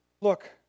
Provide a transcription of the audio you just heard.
Look